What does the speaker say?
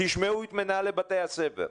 תשמעו את מנהלי בתי הספר,